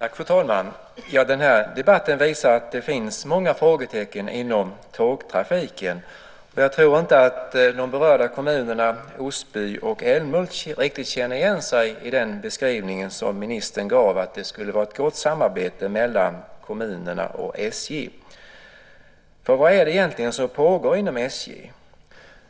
Fru talman! Den här debatten visar att det finns många frågetecken inom tågtrafiken. Jag tror inte att de berörda kommunerna Osby och Älmhult riktigt känner igen sig i den beskrivning som ministern gav, att det skulle vara ett gott samarbete mellan kommunerna och SJ. Vad är det egentligen som pågår inom SJ?